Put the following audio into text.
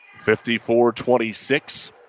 54-26